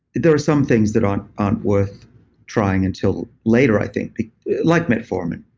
there are some things that aren't aren't worth trying until later i think, like metformin.